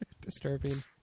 disturbing